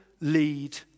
lead